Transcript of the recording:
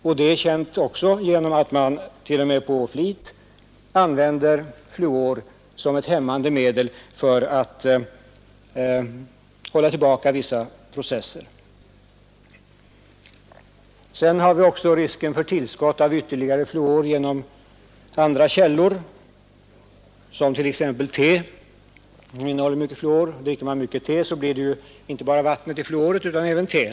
Detta är väl utprovat och känt genom försök där man avsiktligt använt fluor som ett hämmande medel för att hålla tillbaka vissa organiska processer. Det föreligger också risk för tillskott av ytterligare fluor genom andra källor. Om man t.ex. dricker mycket te, vilket som bekant innehåller ganska stora mängder fluor, får man i sig inte bara vattnets fluor utan även det fluor som finns i tebladen.